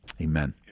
Amen